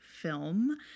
film